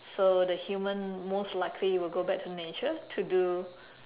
so the human most likely will go back to nature to do